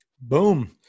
Boom